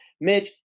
Mitch